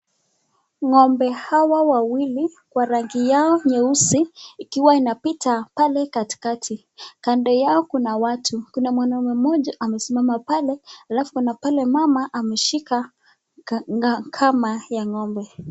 Ng'ombe hawa wawili kwa rangi yao nyeusi ikiwa inapita pale katikati .Kando yao kuna watu .Kuna mwanaume mmoja amesimama pale alafu kuna pale mama ameshika kama ya ng'ombe.